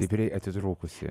stipriai atitrūkusi